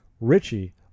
Richie